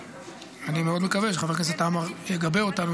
אני מאוד מקווה שחבר הכנסת עמאר יגבה אותנו